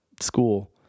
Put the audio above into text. school